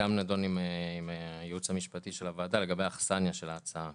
נדון עם הייעוץ המשפטי של הוועדה לגבי האכסניה של ההצעה.